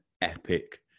epic